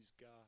God